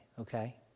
okay